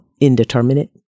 indeterminate